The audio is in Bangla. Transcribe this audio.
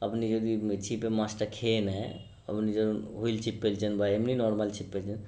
আপনি যদি ছিপে মাছটা খেয়ে নেয় আপনি যেরম হুইল ছিপ ফেলছেন বা এমনি নর্মাল ছিপ ফেলছেন